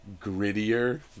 grittier